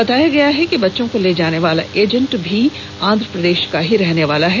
बताया गया कि बच्चों को ले जाने वाला एजेंट भी आंध्र प्रदेश का ही है